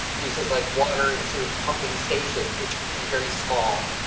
uses like water and switch pumping stations, which could be very small.